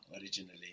originally